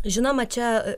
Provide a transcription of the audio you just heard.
žinoma čia